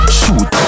shoot